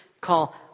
call